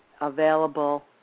available